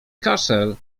kaszel